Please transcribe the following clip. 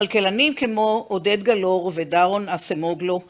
כלכלנים כמו עודד גלאור ודרון אסמוגלו.